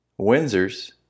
Windsors